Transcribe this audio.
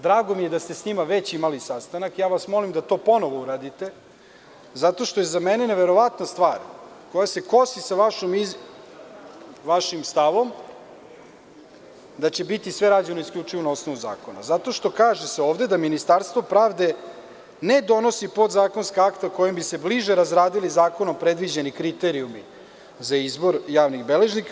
Drago mi je da ste sa njima već imali sastanak i molim vas da to ponovo uradite zato što je za mene neverovatna stvar, koja se kosi sa vašim stavom, da će sve biti rađeno isključivo na osnovu zakona zato što se ovde kaže da Ministarstvo pravde ne donosi podzakonska akta kojim bi se bliže razradili zakonom predviđeni kriterijumi za izbor javnih beležnika.